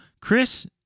Chris